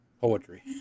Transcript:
poetry